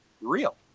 real